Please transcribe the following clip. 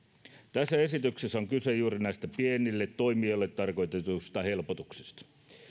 tässä esityksessä on kyse juuri näistä pienille toimijoille tarkoitetuista helpotuksista